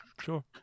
sure